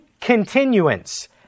continuance